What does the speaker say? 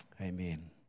Amen